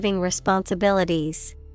Responsibilities